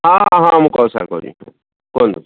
ହଁ ହଁ ମୁଁ କହୁଛି ସାର୍ କହୁଛି କୁହନ୍ତୁ